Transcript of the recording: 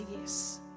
yes